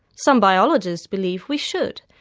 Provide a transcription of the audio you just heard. some biologists believe we should,